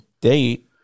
date